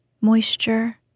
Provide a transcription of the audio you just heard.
moisture